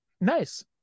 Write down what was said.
Nice